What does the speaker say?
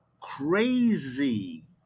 crazy